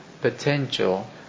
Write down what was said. potential